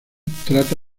trata